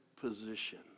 position